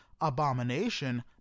Abomination